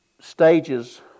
stages